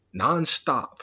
nonstop